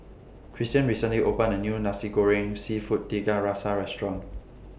Cristian recently opened A New Nasi Goreng Seafood Tiga Rasa Restaurant